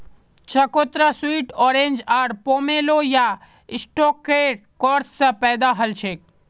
चकोतरा sweet orange आर pomelo या शैडॉकेर क्रॉस स पैदा हलछेक